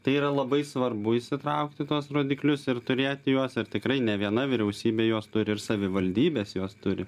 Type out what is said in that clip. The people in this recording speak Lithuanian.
tai yra labai svarbu įsitraukti tuos rodiklius ir turėti juos ir tikrai ne viena vyriausybė juos turi ir savivaldybės juos turi